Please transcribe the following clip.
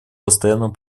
постоянному